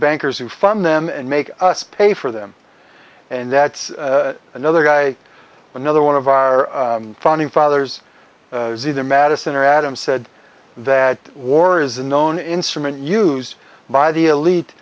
bankers who fund them and make us pay for them and that's another guy another one of our founding fathers either madison or adams said that war is known instrument used by the elite